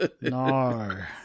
No